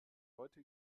heute